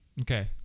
Okay